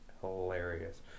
hilarious